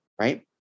right